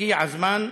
הגיע הזמן.